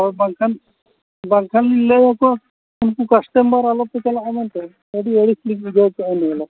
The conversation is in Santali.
ᱦᱳᱭ ᱵᱟᱝᱠᱷᱟᱱ ᱵᱟᱝᱠᱷᱟᱱ ᱞᱤᱧ ᱞᱟᱹᱭ ᱟᱠᱚᱣᱟ ᱩᱱᱠᱩ ᱠᱟᱥᱴᱚᱢᱟᱨ ᱟᱞᱚᱯᱮ ᱪᱟᱞᱟᱜᱼᱟ ᱢᱮᱱᱛᱮᱫ ᱟᱹᱰᱤ ᱟᱹᱲᱤᱥ ᱞᱤᱧ ᱵᱩᱡᱷᱟᱹᱣ ᱠᱮᱜᱼᱟ ᱤᱱᱟᱹ ᱦᱤᱞᱳᱜ